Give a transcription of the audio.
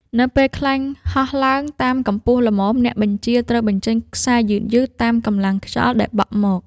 នៅពេលខ្លែងហោះឡើងបានកម្ពស់ល្មម អ្នកបញ្ជាត្រូវបញ្ចេញខ្សែយឺតៗតាមកម្លាំងខ្យល់ដែលបក់មក។